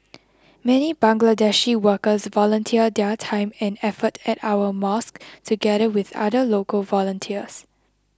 many Bangladeshi workers volunteer their time and effort at our mosques together with other local volunteers